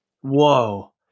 Whoa